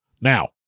Now